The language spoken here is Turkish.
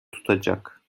tutacak